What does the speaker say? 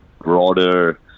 broader